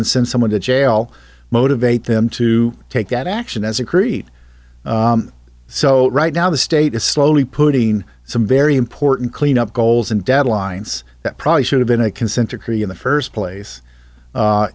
send someone to jail motivate them to take that action as agreed so right now the state is slowly putting in some very important cleanup goals and deadlines that probably should have been a consent decree in the first place